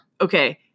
Okay